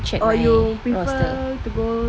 or you prefer to go